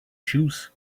shoes